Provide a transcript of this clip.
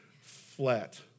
flat